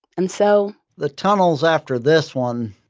and so, the tunnels after this one,